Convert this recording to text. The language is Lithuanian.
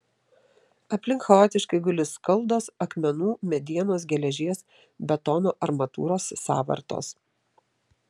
aplink chaotiškai guli skaldos akmenų medienos geležies betono armatūros sąvartos